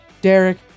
Derek